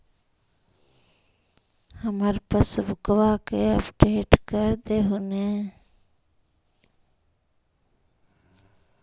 हमार पासबुकवा के अपडेट कर देहु ने?